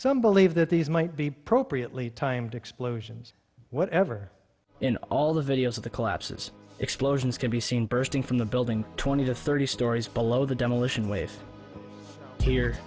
some believe that these might be propre at lead time to explosions whatever in all the videos of the collapses explosions can be seen bursting from the building twenty to thirty stories below the demolition wave here